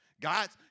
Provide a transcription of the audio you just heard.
God's